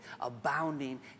abounding